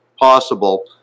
possible